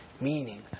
Meaning